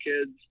kids